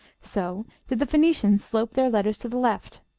so did the phoenicians slope their letters to the left.